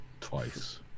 Twice